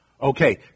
Okay